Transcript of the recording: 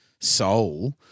soul